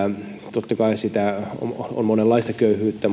totta kai on monenlaista köyhyyttä